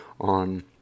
on